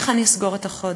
איך אני אסגור את החודש?